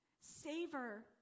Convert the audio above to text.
savor